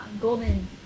golden